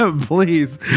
Please